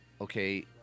okay